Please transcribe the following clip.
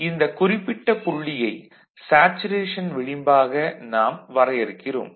ஆக இந்த குறிப்பிட்ட புள்ளியை சேச்சுரேஷன் விளிம்பாக நாம் வரையறுக்கிறோம்